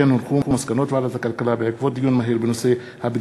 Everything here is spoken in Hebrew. מסקנות ועדת הכספים בעקבות דיון מהיר בהצעת